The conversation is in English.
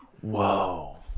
Whoa